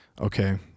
okay